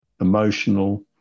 emotional